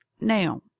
Now